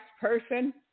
person